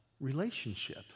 relationship